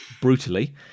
brutally